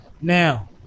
Now